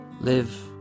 live